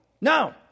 No